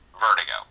Vertigo